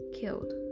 killed